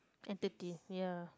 entity ya